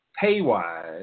pay-wise